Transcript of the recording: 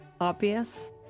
obvious